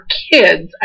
kids